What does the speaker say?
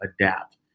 adapt